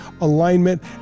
alignment